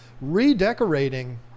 redecorating